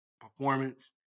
performance